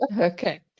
Okay